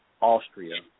Austria